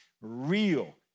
real